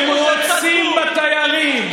הם רוצים בתיירים,